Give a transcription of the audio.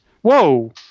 Whoa